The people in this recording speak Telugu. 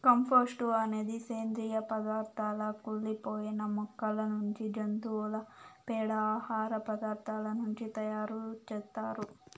కంపోస్టు అనేది సేంద్రీయ పదార్థాల కుళ్ళి పోయిన మొక్కల నుంచి, జంతువుల పేడ, ఆహార పదార్థాల నుంచి తయారు చేత్తారు